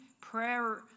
prayer